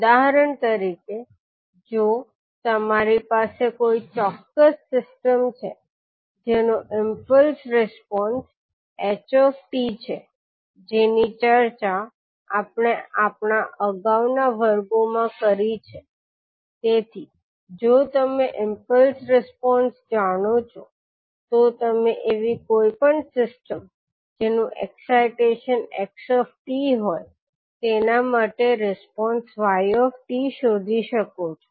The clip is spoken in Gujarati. ઉદાહરણ તરીકે જો તમારી પાસે કોઈ ચોક્કસ સિસ્ટમ છે જેનો ઈમ્પલ્સ રિસ્પોન્સ ℎ𝑡 છે જેની ચર્ચા આપણે આપણા અગાઉના વર્ગોમાં કરી છે તેથી જો તમે ઈમ્પલ્સ રિસ્પોન્સ જાણો છો તો તમે એવી કોઈપણ સિસ્ટમ જેનુ એક્સાઈટેશન 𝑥𝑡 હોય તેના માટે રિસ્પોન્સ 𝑦𝑡 શોધી શકો છો